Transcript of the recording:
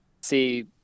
see